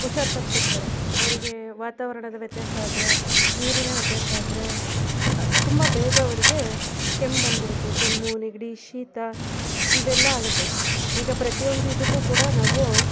ಹುಷಾರು ತಪ್ತಿರ್ತಾರೆ ಅವರಿಗೆ ವಾತಾವರಣದ ವ್ಯತ್ಯಾಸ ಆದರೆ ನೀರಿನ ವ್ಯತ್ಯಾಸ ಆದರೆ ತುಂಬ ಬೇಗ ಅವರಿಗೆ ಕೆಮ್ಮು ಬಂದುಬಿಡುತ್ತೆ ಕೆಮ್ಮು ನೆಗಡಿ ಶೀತ ಇವೆಲ್ಲ ಆಗುತ್ತೆ ಈಗ ಪ್ರತಿಯೊಂದಿದಕ್ಕೂ ಕೂಡ ನಾವು